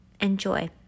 Enjoy